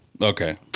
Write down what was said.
Okay